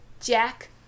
Jack